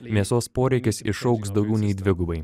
mėsos poreikis išaugs daugiau nei dvigubai